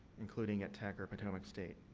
including at tech or potomac state?